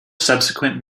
subsequent